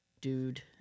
dude